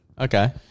Okay